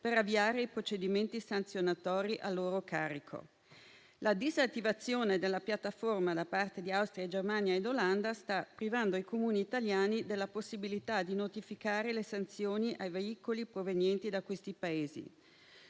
per avviare i procedimenti sanzionatori a loro carico. La disattivazione della piattaforma da parte di Austria, Germania ed Olanda sta privando i Comuni italiani della possibilità di notificare le sanzioni ai veicoli provenienti da quei Paesi.